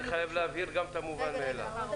אני חייב להבהיר גם את המובן מאיליו.